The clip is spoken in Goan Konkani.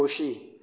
खोशी